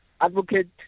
Advocate